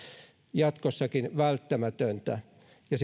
jatkossakin välttämätöntä ja